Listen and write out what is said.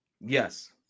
Yes